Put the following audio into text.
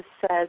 says